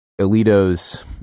Alito's